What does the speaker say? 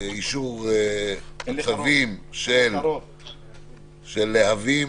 אישור הצווים של להבים.